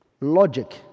logic